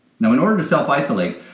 now, in order to self-isolate,